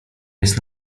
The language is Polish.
jest